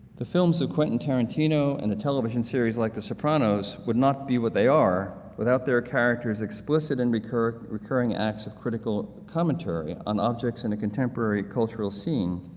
the films of quentin tarantino and the television series like the sopranos would not be what they are without their characters' explicit and recurring recurring acts of critical commentary on objects in a contemporary cultural scene,